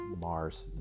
Mars